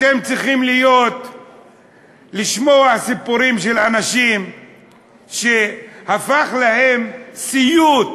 אתם צריכים לשמוע סיפורים של אנשים שהפך להם סיוט,